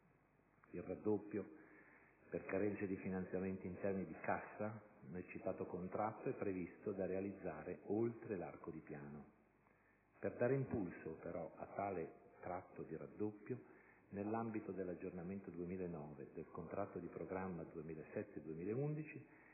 Il raddoppio, per carenze di finanziamenti in termini di cassa, nel citato contratto è previsto da realizzare oltre l'arco di Piano. Per dare impulso a tale tratto di raddoppio, nell'ambito dell'aggiornamento 2009 del contratto di programma 2007-2011